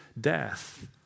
death